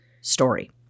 story